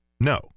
no